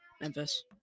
Memphis